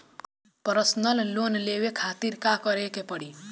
Personal loan लेवे खातिर का करे के पड़ी?